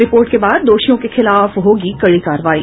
report के बाद दोषियों के खिलाफ होगी कड़ी कार्रवाई